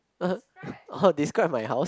oh describe my house